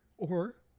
or,